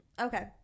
Okay